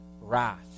wrath